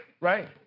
Right